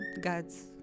God's